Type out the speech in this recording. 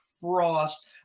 Frost